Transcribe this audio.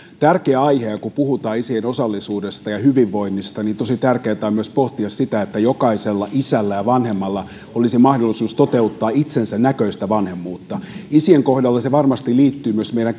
tärkeä aihe ja kun puhutaan isien osallisuudesta ja hyvinvoinnista niin tosi tärkeää on myös pohtia sitä että jokaisella isällä ja vanhemmalla olisi mahdollisuus toteuttaa itsensä näköistä vanhemmuutta isien kohdalla se varmasti liittyy myös meidän